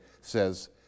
says